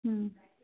ও